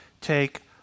take